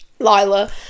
lila